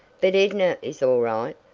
but edna is all right.